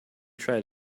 try